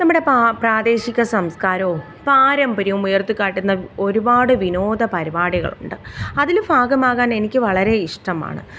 നമ്മുടെ പ്രാദേശിക സംസ്ക്കാരവും പാരമ്പര്യവും ഉയർത്തിക്കാട്ടുന്ന ഒരുപാട് വിനോദ പരിപാടികളുണ്ട് അതിൽ ഭാഗമാകാൻ എനിക്ക് വളരെ ഇഷ്ടമാണ്